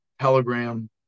telegram